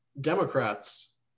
Democrats